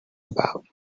about